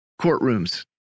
courtrooms